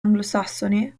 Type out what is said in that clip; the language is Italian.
anglosassone